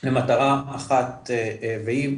למטרה אחת והיא,